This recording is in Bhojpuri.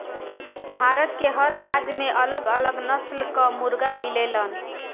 भारत के हर राज्य में अलग अलग नस्ल कअ मुर्गा मिलेलन